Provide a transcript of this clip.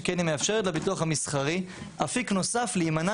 שכן היא מאפשרת לביטוח המסחרי אפיק נוסף להימנע